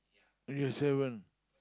yes seven